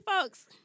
folks